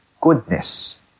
goodness